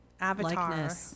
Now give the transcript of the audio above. avatar